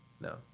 No